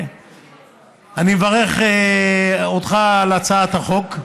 אני מברך אותך על הצעת החוק.